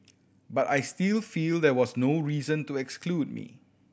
but I still feel there was no reason to exclude me